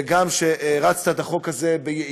וגם על שהרצת את החוק הזה ביעילות,